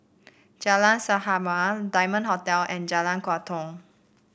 Jalan Sahabat Diamond Hotel and Jalan Tua Kong